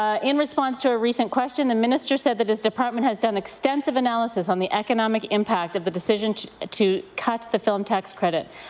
ah in response to a recent question, the minister said that his department has done extensive analysis on the economic impact of the decision to to cut the film tax credit.